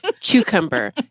Cucumber